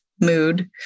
mood